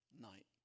night